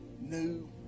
new